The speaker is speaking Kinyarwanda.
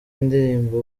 indirimbo